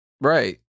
Right